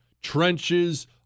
Trenches